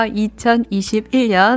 2021년